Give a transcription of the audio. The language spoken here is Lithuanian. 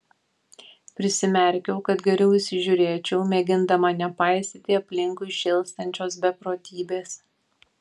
prisimerkiau kad geriau įsižiūrėčiau mėgindama nepaisyti aplinkui šėlstančios beprotybės